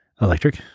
Electric